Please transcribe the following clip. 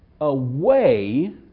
away